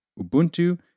ubuntu